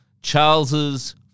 Charles's